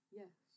yes